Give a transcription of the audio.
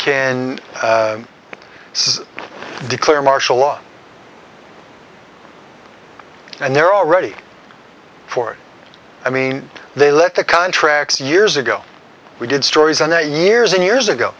is declare martial law and they're all ready for it i mean they let the contracts years ago we did stories on that years and years ago